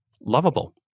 lovable